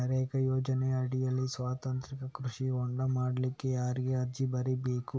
ನರೇಗಾ ಯೋಜನೆಯಡಿಯಲ್ಲಿ ಸ್ವಂತಕ್ಕೆ ಕೃಷಿ ಹೊಂಡ ಮಾಡ್ಲಿಕ್ಕೆ ಯಾರಿಗೆ ಅರ್ಜಿ ಬರಿಬೇಕು?